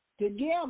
together